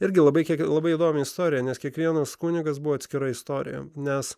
irgi labai kiek labai įdomią istoriją nes kiekvienas kunigas buvo atskira istorija nes